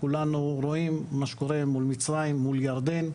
כולנו רואים מה שקורה מול מצרים, מול ירדן.